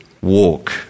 walk